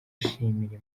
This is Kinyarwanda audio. ashimira